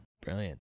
Brilliant